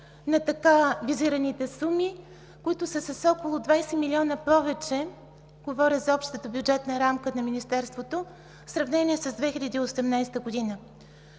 на така визираните суми, които са с около 20 млн. лв. повече, говоря за общата бюджетна рамка на Министерството в сравнение с 2018 г.